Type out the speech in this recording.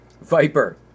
Viper